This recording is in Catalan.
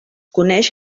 coneix